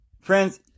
friends